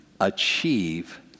achieve